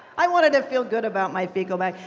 i wanted to feel good about my fecal bag.